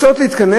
רוצות להתכנס.